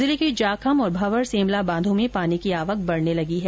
जिले के जाखम और भंवर सेमला बांधों में पानी की आवक बढ़ने लगी है